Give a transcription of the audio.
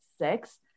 six